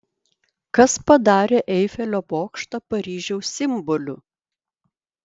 kas padarė eifelio bokštą paryžiaus simboliu